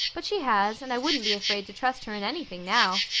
but she has and i wouldn't be afraid to trust her in anything now.